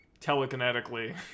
telekinetically